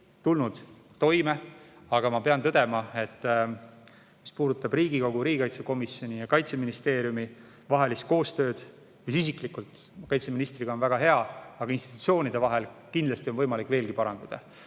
tulnud, aga ma pean tõdema, et mis puudutab Riigikogu riigikaitsekomisjoni ja Kaitseministeeriumi vahelist koostööd, siis isiklikult kaitseministriga on see väga hea, aga institutsioonide vahel on kindlasti võimalik seda parandada.